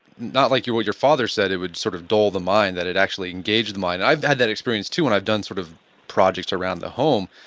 not like what your father said, it would sort of dull the mind that it actually engages the mind. i've had that experience too when i've done sort of projects around the home.